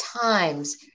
Times